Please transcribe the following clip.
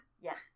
Yes